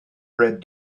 read